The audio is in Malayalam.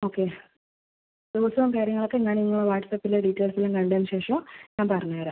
ഓക്കെ ദിവസവും കാര്യങ്ങളൊക്കെ ഞാൻ നിങ്ങളെ വാട്ട്സ്ആപ്പിൽ ഡീറ്റെയിൽസ് എല്ലാം കണ്ടതിന് ശേഷം ഞാൻ പറഞ്ഞ് തരാം